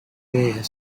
bear